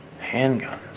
Handguns